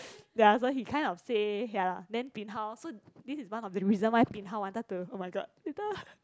ya so he kind of say ya lah then bin hao so this is one of the reasons why bin hao wanted to oh-my-god later